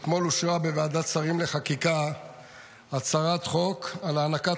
אתמול אושרה בוועדת שרים לחקיקה הצעת חוק על הענקת